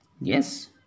Yes